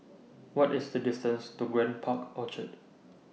What IS The distance to Grand Park Orchard